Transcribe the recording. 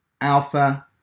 Alpha